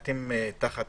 הנציבות, עדיין תחת